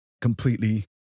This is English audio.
completely